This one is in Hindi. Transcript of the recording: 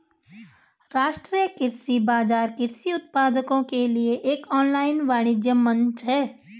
राष्ट्रीय कृषि बाजार कृषि उत्पादों के लिए एक ऑनलाइन वाणिज्य मंच है